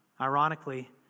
Ironically